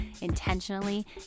intentionally